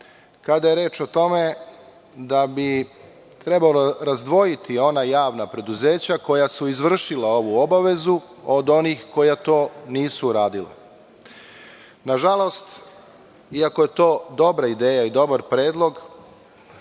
kada je reč o tome da bi trebalo razdvojiti ona javna preduzeća koja su izvršila ovu obavezu od onih koja to nisu uradila. Nažalost, iako je to dobra ideja i dobar predlog,